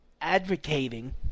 advocating